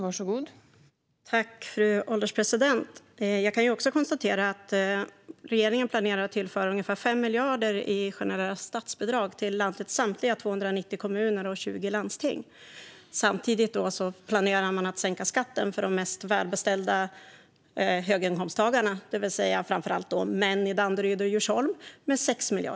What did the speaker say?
Fru ålderspresident! Jag kan konstatera att regeringen planerar att tillföra ungefär 5 miljarder i generella statsbidrag till landets samtliga 290 kommuner och 20 landsting. Samtidigt planerar man att sänka skatten med 6 miljarder för de mest välbeställda höginkomsttagarna, det vill säga framför allt män i Danderyd och Djursholm.